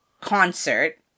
concert